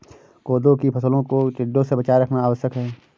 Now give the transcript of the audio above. कोदो की फसलों को टिड्डों से बचाए रखना आवश्यक है